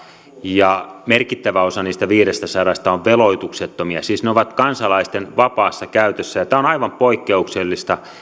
ja merkittävä osa niistä viidestäsadasta on veloituksettomia siis ne ovat kansalaisten vapaassa käytössä tämä on aivan poikkeuksellista